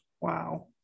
wow